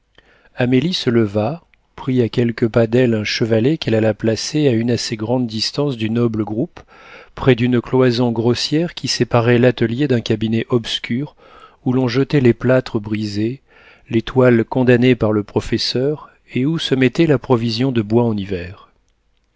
amélie se leva prit à quelques pas d'elle un chevalet qu'elle alla placer à une assez grande distance du noble groupe près d'une cloison grossière qui séparait l'atelier d'un cabinet obscur où l'on jetait les plâtres brisés les toiles condamnées par le professeur et où se mettait la provision de bois en hiver